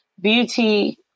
Beauty